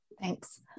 Thanks